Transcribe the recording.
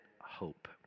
hope